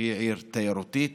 שהיא עיר תיירותית